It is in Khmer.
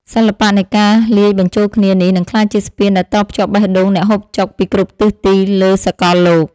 សិល្បៈនៃការលាយបញ្ចូលគ្នានេះនឹងក្លាយជាស្ពានដែលតភ្ជាប់បេះដូងអ្នកហូបចុកពីគ្រប់ទិសទីលើសកលលោក។